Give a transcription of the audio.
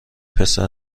پسر